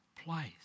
place